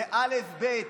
זה אלף-בית